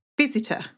Visitor